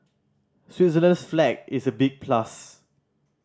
Switzerland's flag is a big plus